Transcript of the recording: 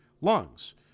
lungs